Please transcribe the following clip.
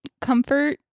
comfort